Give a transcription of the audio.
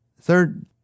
Third